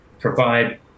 provide